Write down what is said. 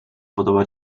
podoba